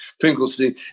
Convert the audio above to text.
Finkelstein